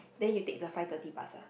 then you take the five thirty bus ah